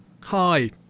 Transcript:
hi